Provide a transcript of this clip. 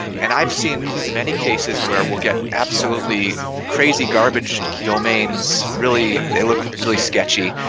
and i've seen many cases where we'll get absolutely crazy garbage domains. really, they look really sketchy,